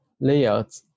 layout